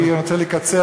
כי אני רוצה לקצר,